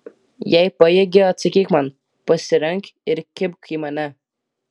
jei pajėgi atsakyk man pasirenk ir kibk į mane